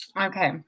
Okay